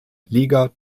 liga